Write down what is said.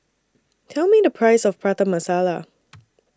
Tell Me The Price of Prata Masala